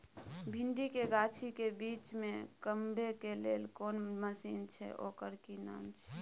भिंडी के गाछी के बीच में कमबै के लेल कोन मसीन छै ओकर कि नाम छी?